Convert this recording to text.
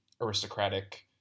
aristocratic